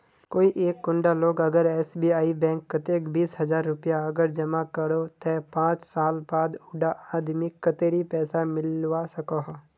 कोई एक कुंडा लोग अगर एस.बी.आई बैंक कतेक बीस हजार रुपया अगर जमा करो ते पाँच साल बाद उडा आदमीक कतेरी पैसा मिलवा सकोहो?